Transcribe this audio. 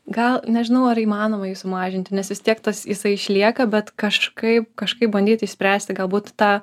gal nežinau ar įmanoma jį sumažinti nes vis tiek tas jisai išlieka bet kažkaip kažkaip bandyti išspręsti galbūt tą